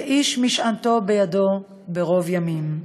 ואיש משענתו בידו מרב ימים".